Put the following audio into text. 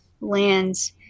lands